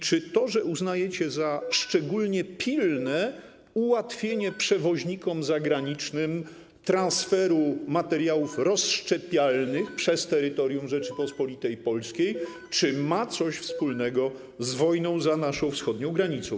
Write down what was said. Czy to, że uznajecie za szczególnie pilne ułatwienie przewoźnikom zagranicznym transferu materiałów rozszczepialnych przez terytorium Rzeczypospolitej Polskiej, ma coś wspólnego z wojną za naszą wschodnią granicą?